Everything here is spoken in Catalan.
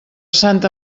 santa